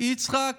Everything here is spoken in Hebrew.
יצחק